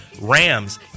Rams